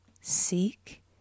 seek